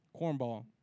cornball